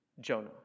Jonah